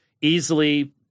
easily